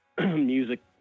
music